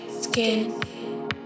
Skin